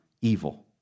evil